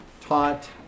taught